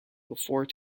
before